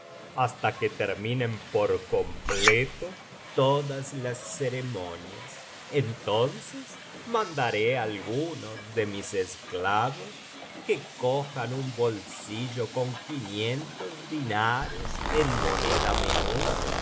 hasta que terminen por completo todas las uaonias entonces mandaré á algunos de mis esclavos que cojan un bolsillo con quinientos dinares biblioteca valenciana generalitat valenciana historia del jorobado en moneda menuda